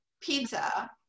pizza